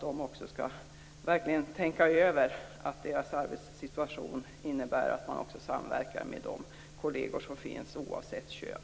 De skall tänka över att deras arbetssituation innebär att man samverkar med de kolleger som finns, oavsett kön.